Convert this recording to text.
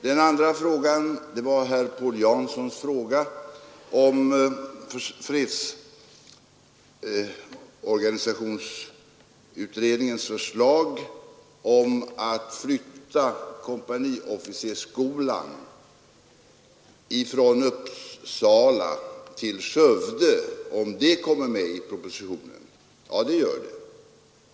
Den andra frågan är herr Paul Janssons, om fredsorganisationsutredningens förslag om att flytta kompaniofficersskolan från Uppsala till Skövde kommer med i propositionen. Ja, det gör det.